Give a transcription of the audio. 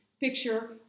picture